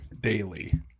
daily